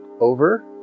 over